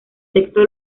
texto